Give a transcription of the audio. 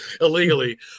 illegally